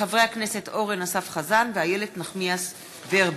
חברי הכנסת אורן אסף חזן ואיילת נחמיאס ורבין.